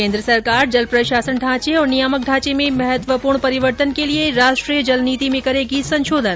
केन्द्र सरकार जल प्रशासन ढांचे और नियामक ढांचे में महत्वपूर्ण परिवर्तन के लिए राष्ट्रीय जल नीति में करेगी संशोधन